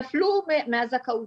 נפלו מהזכאות.